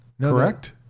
correct